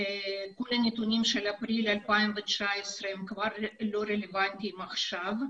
כל הנתונים של אפריל 2019 הם לא רלוונטיים עכשיו,